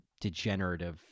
degenerative